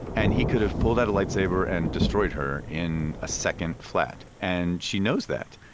and he could've pulled out a light saber and destroyed her in a second flat, and she knows that.